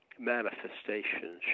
Manifestations